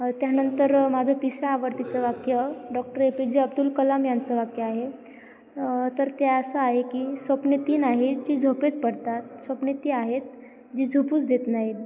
त्यानंतर माझं तिसरं आवडतीचं वाक्य doctor A P J Abdul Kalam यांचं वाक्य आहे तर ते असं आहे की स्वप्ने ती नाही जी झोपेत पडतात स्वप्ने ती आहेत जी झोपूच देत नाहीत